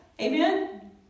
amen